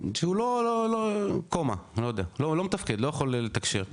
שהוא לא בקומה, לא יודע, לא מתפקד, לא יכול לתקשר.